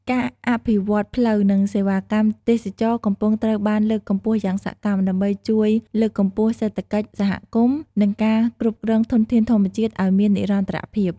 ការអភិវឌ្ឍន៍ផ្លូវ និងសេវាកម្មទេសចរណ៍កំពុងត្រូវបានលើកកម្ពស់យ៉ាងសកម្ម ដើម្បីជួយលើកកម្ពស់សេដ្ឋកិច្ចសហគមន៍ និងការគ្រប់គ្រងធនធានធម្មជាតិឱ្យមាននិរន្តរភាព។